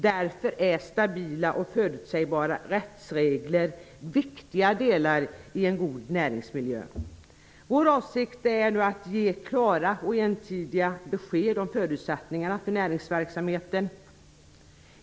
Därför är stabila och förutsägbara rättsregler viktiga i en god näringsmiljö. Vår avsikt är nu att ge klara och entydiga besked om förutsättningarna för näringsverksamheten.